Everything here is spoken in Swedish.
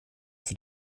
för